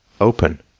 open